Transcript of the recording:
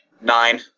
Nine